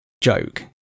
joke